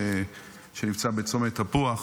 שנפצע בצומת תפוח,